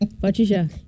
Patricia